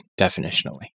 definitionally